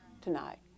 tonight